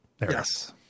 yes